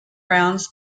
rounds